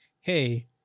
hey